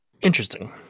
Interesting